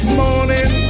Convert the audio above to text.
morning